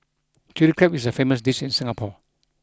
Chilli Crab is a famous dish in Singapore